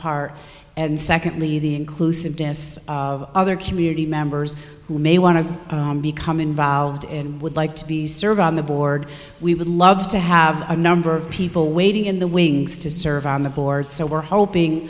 part and secondly the inclusiveness of other community members who may want to become involved and would like to be serve on the board we would love to have a number of people waiting in the wings to serve on the board so we're hoping